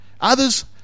Others